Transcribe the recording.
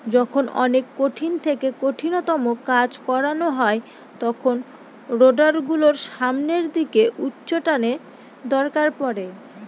যখন অনেক কঠিন থেকে কঠিনতম কাজ করানো হয় তখন রোডার গুলোর সামনের দিকে উচ্চটানের দরকার পড়ে